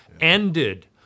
ended